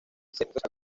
insectos